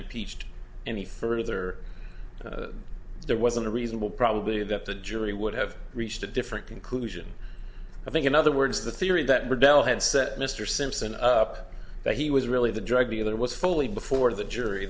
impeached any further if there wasn't a reasonable probability that the jury would have reached a different conclusion i think in other words the theory that pradelle had set mr simpson up that he was really the drug dealer was fully before the jury